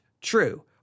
true